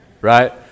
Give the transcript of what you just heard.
right